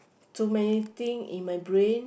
too many thing in my brain